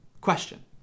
Question